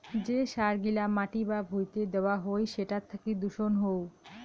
যে সার গিলা মাটি বা ভুঁইতে দেওয়া হই সেটার থাকি দূষণ হউ